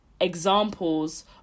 examples